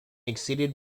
exceeded